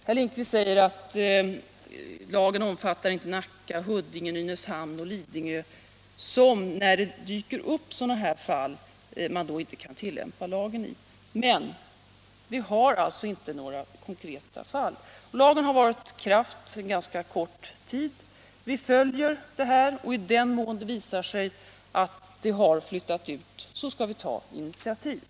Herr Lindkvist säger att lagen inte omfattar Nacka, Huddinge, Nynäshamn och Lidingö och att man där — när det dyker upp sådana här fall — inte kan tillämpa lagen. Men vi har alltså inte några konkreta fall! Lagen har varit i kraft under ganska kort tid. Vi följer marknaden, och i den mån det visar sig att verksamheten har flyttat ut skall vi ta initiativ.